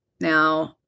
Now